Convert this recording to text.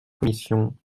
commission